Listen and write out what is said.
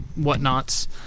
Whatnots